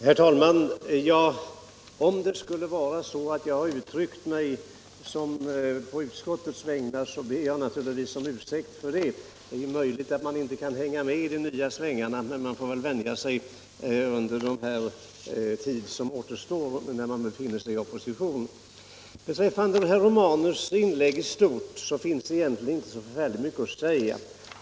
Herr talman! Om jag har uttalat mig på utskottets vägnar så ber jag naturligtvis om ursäkt för det. Det är möjligt att jag inte kunnat hänga med riktigt i de nya svängarna, men jag får väl vänja mig under återstoden av den tid som vi socialdemokrater har att befinna oss i opposition. Beträffande herr Romanus inlägg i stort finns inte så förfärligt mycket att säga.